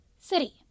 city